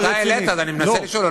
אתה העלית, אז אני מנסה לשאול.